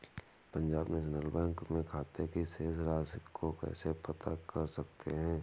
Punjab National Bank में खाते की शेष राशि को कैसे पता कर सकते हैं?